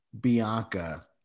Bianca